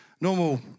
normal